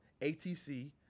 ATC